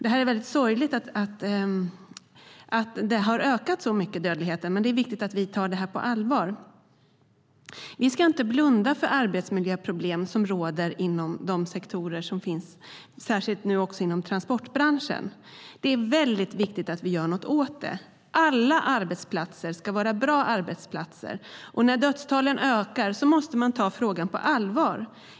Det är väldigt sorgligt att dödligheten har ökat så mycket. Det är viktigt att vi tar det här på allvar. Vi ska inte blunda för de arbetsmiljöproblem som råder inom de här sektorerna, särskilt nu också inom transportbranschen. Det är viktigt att vi gör något åt detta. Alla arbetsplatser ska vara bra arbetsplatser. När dödstalen ökar måste man ta frågan på allvar.